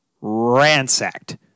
ransacked